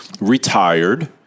retired